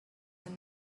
and